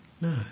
No